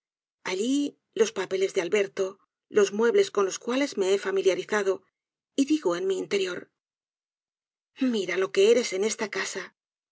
allí los papeles de alberto los muebles con los cuales me he familiarizado y digo en mi interior mira lo que eres en esta casa